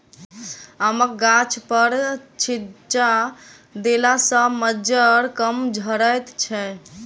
आमक गाछपर छिच्चा देला सॅ मज्जर कम झरैत छै